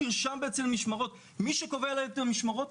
מי שקובע את המשמרות,